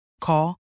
Call